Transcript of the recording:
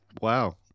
Wow